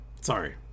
Sorry